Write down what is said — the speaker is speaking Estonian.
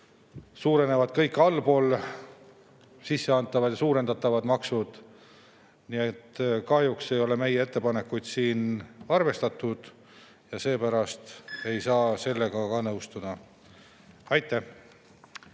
suurenevad kõik allpool sisse[nõutavad] ja suurendatavad maksud. Kahjuks ei ole meie ettepanekuid siin arvestatud ja seepärast ei saa [eelnõuga] ka nõustuda. Aitäh!